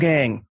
Gang